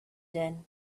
din